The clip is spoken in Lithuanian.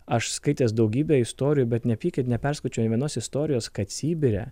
aš skaitęs daugybę istorijų bet nepykit neperskaičiau nė vienos istorijos kad sibire